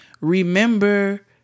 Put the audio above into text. Remember